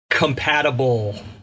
compatible